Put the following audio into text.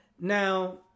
Now